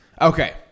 Okay